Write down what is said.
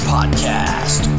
Podcast